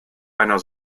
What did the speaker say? einer